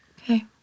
okay